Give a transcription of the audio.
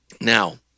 Now